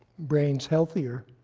brains healthier,